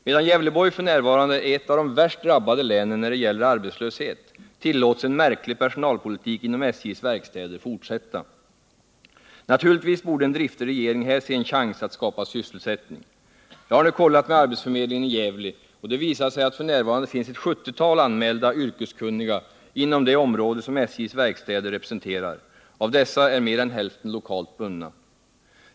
Medan Gävleborg f. n. är ett av de värst drabbade länen när det gäller arbetslöshet tillåts en märklig personalpolitik inom SJ:s verkstäder fortsätta. Naturligtvis borde en driftig regering här se en chans att skapa sysselsättning. Jag har nu kollat med arbetsförmedlingen i Gävle, och det visar sig att det f. n. finns ett 70-tal anmälda yrkeskunniga inom det område som SJ:s verkstäder representerar. Av dessa är mer än hälften lokalt bundna.